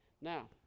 Now